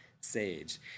sage